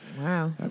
Wow